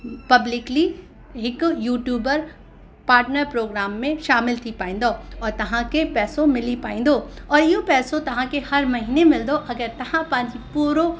publicly हिकु YouTuber partner program में शामिल थी पाईंदौ और तव्हांखे पैसो मिली पाईंदो और इहो पैसो तव्हांखे हर महीने मिलंदो अगरि तव्हां पंहिंजी पूरो